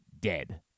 dead